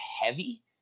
heavy